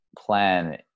plan